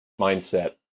mindset